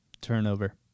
Turnover